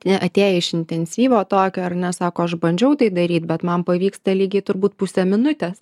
jie atėję iš intensyvo tokio ar ne sako aš bandžiau tai daryt bet man pavyksta lygiai turbūt pusė minutės